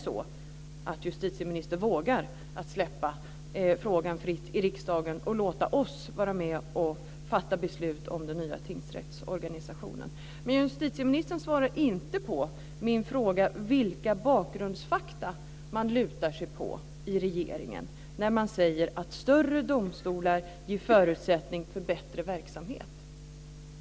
Vågar justitieministern att släppa frågan fri i riksdagen och låta oss vara med och fatta beslut om den nya tingsrättsorganisationen? Justitieministern svarar inte på min fråga om vilka bakgrundsfakta man lutar sig mot i regeringen när man säger att större domstolar ger förutsättning för bättre verksamhet.